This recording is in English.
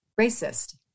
racist